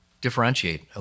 differentiate